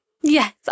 Yes